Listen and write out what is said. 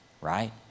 right